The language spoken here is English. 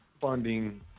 funding